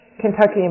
Kentucky